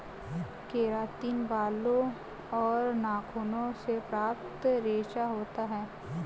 keratin बालों और नाखूनों से प्राप्त रेशा होता है